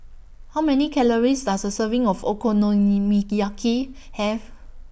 How Many Calories Does A Serving of Okonomiyaki Have